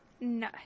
No